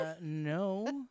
No